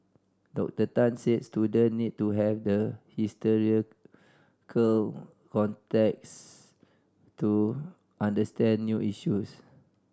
Doctor Tan said student need to have the historical context to understand new issues